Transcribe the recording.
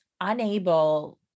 unable